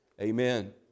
Amen